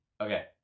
Okay